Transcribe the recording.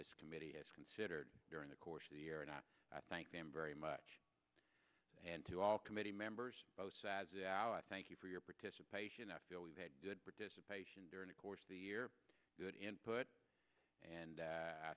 this committee has considered during the course of the year and i thank them very much and to all committee members our thank you for your participation i feel we've had good participation during the course of the year good input and